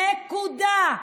נקודה.